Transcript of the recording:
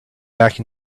back